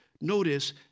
Notice